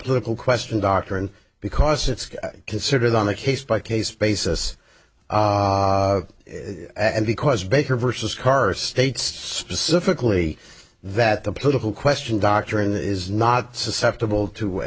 political question doctrine because it's considered on a case by case basis and because baker versus carr states to sufficiently that the political question doctrine is not susceptible to